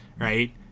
right